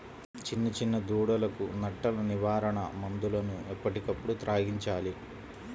చిన్న చిన్న దూడలకు నట్టల నివారణ మందులను ఎప్పటికప్పుడు త్రాగించాలి